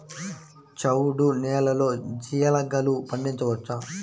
చవుడు నేలలో జీలగలు పండించవచ్చా?